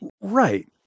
right